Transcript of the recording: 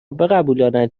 بقبولاند